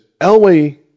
Elway